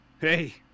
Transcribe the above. Hey